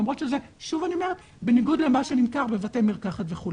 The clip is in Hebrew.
למרות שזה בניגוד למה שנמכר בבתי מרקחת.